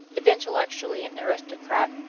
if intellectually an aristocrat,